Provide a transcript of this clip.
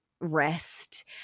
Rest